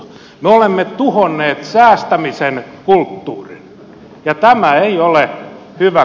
me olemme tuhonneet säästämisen kulttuurin ja tämä ei ole hyvä